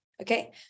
Okay